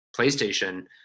PlayStation